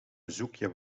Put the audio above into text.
bezoekje